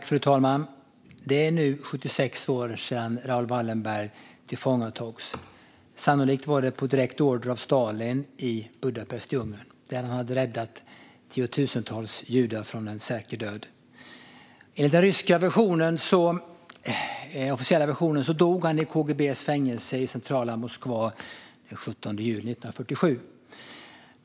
Fru talman! Det är nu 76 år sedan Raoul Wallenberg tillfångatogs. Sannolikt var det på direkt order av Stalin i Budapest i Ungern, där Wallenberg hade räddat tiotusentals judar från en säker död. Enligt den ryska officiella versionen dog han i KGB:s fängelse i centrala Moskva den 17 juli 1947.